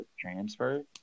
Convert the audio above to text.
transfer –